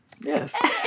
Yes